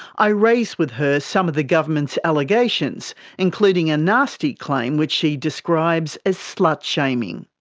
i raise with her some of the government's allegations including a nasty claim which she describes as slut shaming.